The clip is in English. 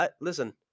listen